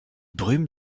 brume